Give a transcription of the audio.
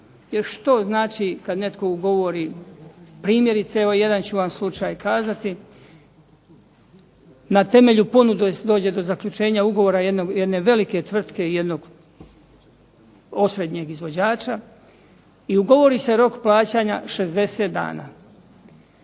Jer što znači kad netko ugovori, primjerice evo jedan ću vam slučaj kazati. Na temelju ponude dođe do zaključenja ugovora jedne velike tvrtke i jednog osrednjeg izvođača i ugovori se rok plaćanja 60 dana.